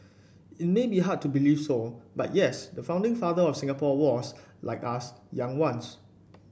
it might be hard to believe so but yes the founding father of Singapore was like us young once